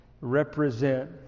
represent